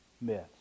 myths